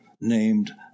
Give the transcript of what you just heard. named